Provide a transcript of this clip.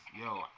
Yo